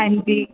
हंजी